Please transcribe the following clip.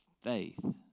Faith